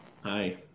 Hi